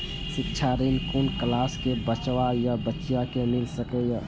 शिक्षा ऋण कुन क्लास कै बचवा या बचिया कै मिल सके यै?